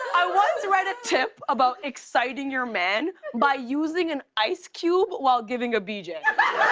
i once read a tip about exciting your man by using an ice cube while giving a b j.